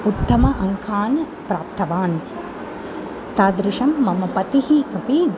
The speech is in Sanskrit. उत्तम अङ्कान् प्राप्तवान् तादृशं मम पतिः अपि